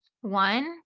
one